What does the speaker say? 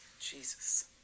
Jesus